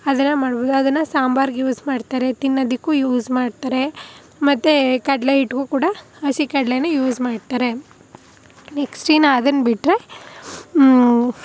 ಅದನ್ನು ಸಾಂಬಾರ್ಗೆ ಯೂಸ್ ಮಾಡ್ತಾರೆ ತಿನ್ನೋದಕ್ಕು ಯೂಸ್ ಮಾಡ್ತಾರೆ ಮತ್ತೆ ಕಡಲೆ ಹಿಟ್ಗು ಕೂಡ ಹಸಿ ಕಡಲೆನ ಯೂಸ್ ಮಾಡ್ತಾರೆ ನೆಕ್ಸ್ಟ್ ಇನ್ನೂ ಅದನ್ನ ಬಿಟ್ಟರೆ